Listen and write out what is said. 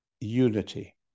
unity